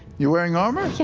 you're wearing armor? yeah